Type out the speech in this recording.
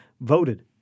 voted